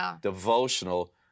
devotional